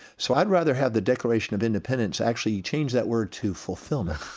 so i'd rather have the declaration of independence actually change that word to fulfilment.